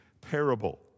parable